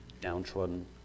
downtrodden